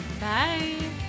Bye